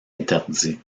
interdit